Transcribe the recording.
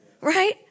right